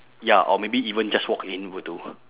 ya or maybe even just walk in will do